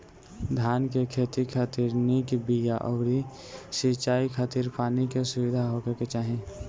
धान के खेती खातिर निक बिया अउरी सिंचाई खातिर पानी के सुविधा होखे के चाही